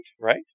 right